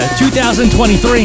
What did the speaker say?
2023